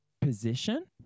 position